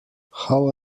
how